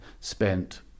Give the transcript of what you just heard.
spent